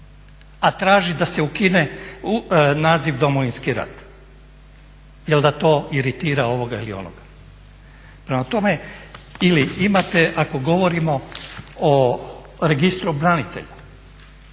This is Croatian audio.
a traži da se ukine naziv Domovinski rat jer da to iritira ovoga ili onoga. Prema tome ili imate ako govorimo o registru branitelja,